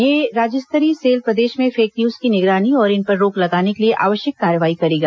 यह राज्य स्तरीय सेल प्रदेश में फेक न्यूज की निगरानी और इन पर रोक लगाने के लिए आवश्यक कार्रवाई करेगा